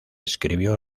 escribió